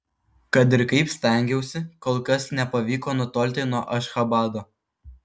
kad ir kaip stengiausi kol kas nepavyko nutolti nuo ašchabado